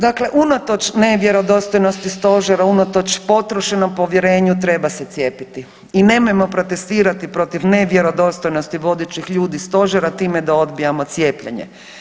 Dakle unatoč nevjerodostojnosti Stožera, unatoč potrošenom povjerenju, treba se cijepiti i nemojmo protestirati protiv nevjerodostojnosti vodećih ljudi Stožera time da odbijamo cijepljenje.